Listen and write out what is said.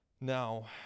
Now